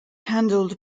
handled